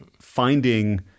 finding